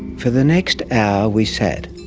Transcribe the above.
for the next hour we sat,